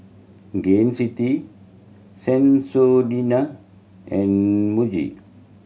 Gain City Sensodyne and Muji